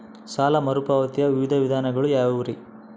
ಸಾಲ ಮರುಪಾವತಿಯ ವಿವಿಧ ವಿಧಾನಗಳು ಯಾವ್ಯಾವುರಿ?